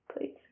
please